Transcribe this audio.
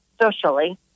socially